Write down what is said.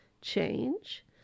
change